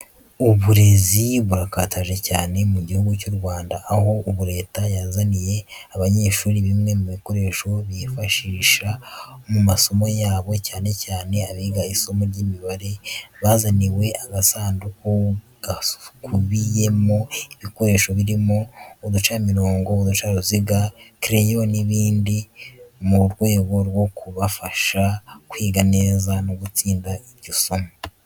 Uburezi burakataje cyane mu Gihugu cy'u Rwanda, aho ubu leta yazaniye abanyeshuri bimwe mu bikoresho bifashisha mu masomo yabo cyane cyane abiga isomo ry'imibare bazaniwe agasanduku gakubiyemo ibikoresho birimo uducamirongo, uducaruziga, kereyo n'ibindi mu rwego rwo kubafasha kwiga neza no gutsinda iryo somo.